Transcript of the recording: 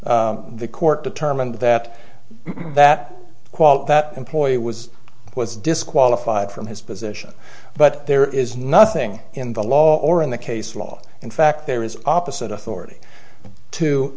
facts the court determined that that quote that employee was was disqualified from his position but there is nothing in the law or in the case law in fact there is opposite authority to